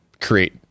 create